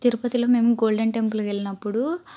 తిరుపతిలో మేము గోల్డెన్ టెంపుల్కి వెళ్ళినప్పుడు